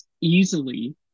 easily